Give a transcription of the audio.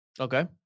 Okay